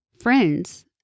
Friends